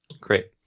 Great